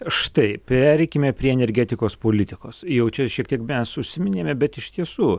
štai pereikime prie energetikos politikos jau čia šiek tiek mes užsiminėme bet iš tiesų